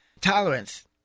Tolerance